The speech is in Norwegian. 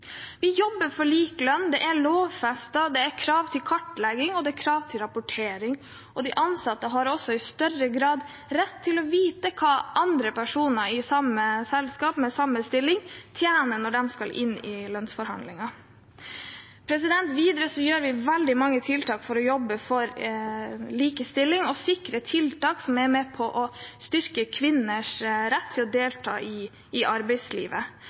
Vi jobber for lik lønn. Det er lovfestet, det er krav til kartlegging, og det er krav til rapportering. De ansatte har også i større grad rett til å vite hva andre personer i samme selskap med samme stilling tjener når de skal inn i lønnsforhandlinger. Videre har vi veldig mange tiltak for å jobbe for likestilling og sikre tiltak som er med på å styrke kvinners rett til å delta i arbeidslivet.